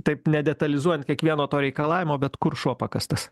taip nedetalizuojant kiekvieno to reikalavimo bet kur šuo pakastas